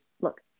Look